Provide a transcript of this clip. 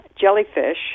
jellyfish